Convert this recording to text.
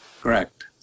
Correct